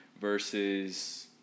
versus